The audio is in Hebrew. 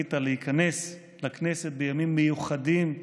זכית להיכנס לכנסת בימים מיוחדים,